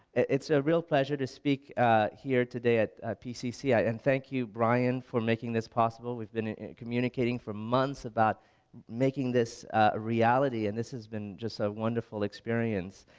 it's a real pleasure to speak here today at pcc and thank you bryan for making this possible we've been communicating for months about making this a reality and this has been just a wonderful experience.